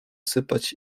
sypać